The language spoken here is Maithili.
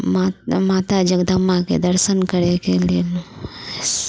माँ माता जगदम्बाके दर्शन करैके लेल